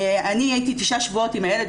אני הייתי תשעה שבועות עם הילד,